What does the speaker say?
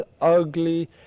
ugly